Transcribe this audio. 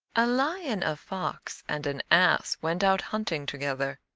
a lion, a fox, and an ass went out hunting together.